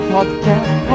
Podcast